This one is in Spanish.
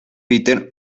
peter